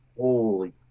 holy